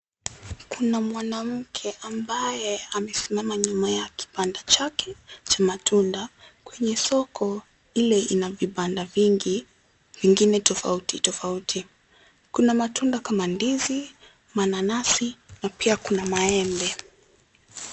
Kuna mwanamke ambaye amesimama nyuma ya kibanda chake cha matunda kwenye soko ile ina vibanda vingi vingine tofauti tofauti. Kuna matunda kama ndizi, mananasi na pia kuna maembe.